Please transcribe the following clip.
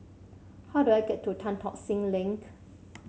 how do I get to Tan Tock Seng Link